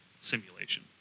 simulation